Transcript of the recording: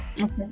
Okay